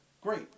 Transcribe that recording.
Great